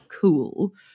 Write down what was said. cool